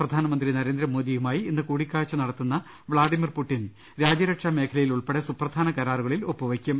പ്രധാനമന്ത്രി നരേന്ദ്രമോദിയുമായി ഇന്ന് കൂടി ക്കാഴ്ച നടത്തുന്ന വ്ളാഡമിർ പുട്ടിൻ രാജ്യരക്ഷാമേഖലയിൽ ഉൾപ്പെടെ സുപ്രധാന കരാറുകളിൽ ഒപ്പുവെയ്ക്കും